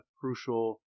crucial